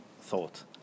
thought